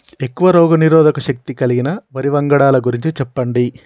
ఎక్కువ రోగనిరోధక శక్తి కలిగిన వరి వంగడాల గురించి చెప్పండి?